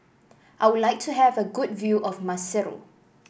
I would like to have a good view of Maseru